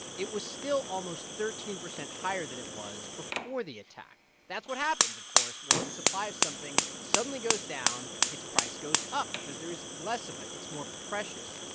it was still almost thirteen percent higher than it was before the attack. that's what happens, of course. when supply of something suddenly goes down, its price goes up because there is less of it. it's more precious.